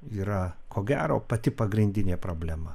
yra ko gero pati pagrindinė problema